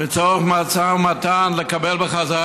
לצורך משא ומתן לקבל בחזרה,